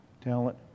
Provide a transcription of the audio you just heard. Talent